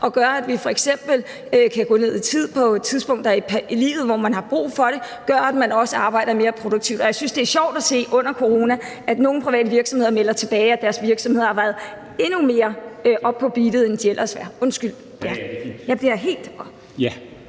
og gør, at vi f.eks. kan gå ned i tid på tidspunkter i livet, hvor vi har brug for det, gør, at vi også arbejder mere produktivt. Jeg synes, det er sjovt at se under corona, at nogle private virksomheder melder tilbage, at deres virksomheder har været endnu mere oppe på beatet, end de ellers er. Undskyld. Kl.